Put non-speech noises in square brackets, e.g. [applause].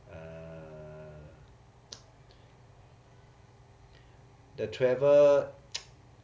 uh the travel [noise]